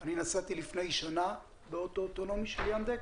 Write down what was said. אני נסעתי לפני שנה ברכב אוטונומי של יאנדקס,